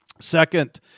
Second